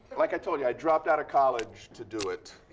like i told you, i dropped out of college to do it.